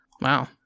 Wow